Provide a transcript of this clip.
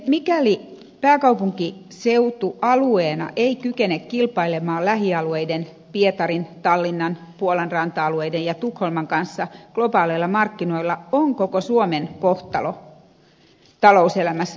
mikäli pääkaupunkiseutu alueena ei kykene kilpailemaan lähialueiden pietarin tallinnan puolan ranta alueiden ja tukholman kanssa globaaleilla markkinoilla on koko suomen kohtalo talouselämässä kyseenalainen